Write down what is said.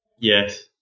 Yes